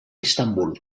istanbul